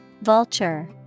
Vulture